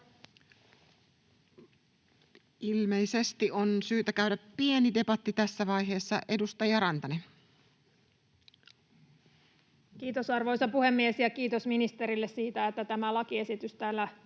Ilmeisesti on syytä käydä pieni debatti tässä vaiheessa. — Edustaja Rantanen. Kiitos, arvoisa puhemies! Kiitos ministerille siitä, että tämä lakiesitys täällä